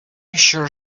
sure